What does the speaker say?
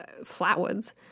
Flatwoods